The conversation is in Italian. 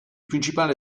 principale